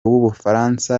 w’ubufaransa